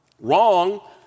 Wrong